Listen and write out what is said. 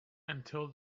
until